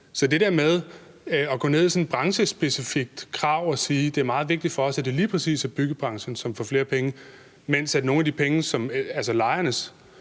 penge på. Man kan gå ind med sådan et branchespecifikt krav og sige, at det er meget vigtigt for os, at det lige præcis er byggebranchen, som får flere penge, men lejernes husleje,